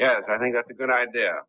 yes i think that's a good idea